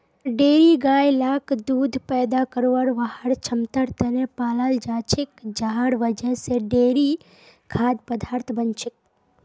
dairy गाय लाक दूध पैदा करवार वहार क्षमतार त न पालाल जा छेक जहार वजह से डेयरी खाद्य पदार्थ बन छेक